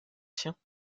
siens